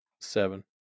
seven